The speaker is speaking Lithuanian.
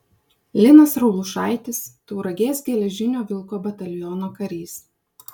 linas raulušaitis tauragės geležinio vilko bataliono karys